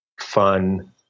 fun